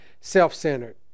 self-centered